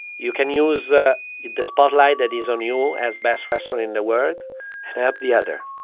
you can use ah the spotlight that is on you as best restaurant in the world and help the other,